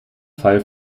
fall